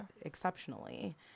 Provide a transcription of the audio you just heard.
exceptionally